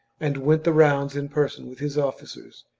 and went the rounds in person with his officers.